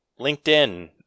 LinkedIn